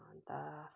अन्त